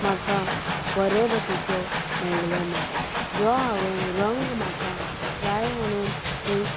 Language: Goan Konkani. म्हाका बऱ्या भाशेचो मेळलेलो ना जो हांवें रंग म्हाका जाय म्हणून थंय